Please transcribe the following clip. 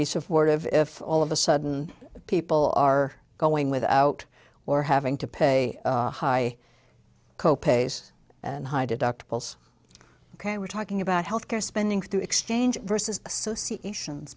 be supportive if all of a sudden people are going without or having to pay high co pays and high deductibles ok we're talking about health care spending through exchange versus associations